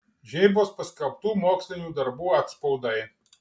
žeibos paskelbtų mokslinių darbų atspaudai